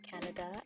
canada